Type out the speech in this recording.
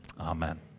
Amen